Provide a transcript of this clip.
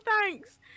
thanks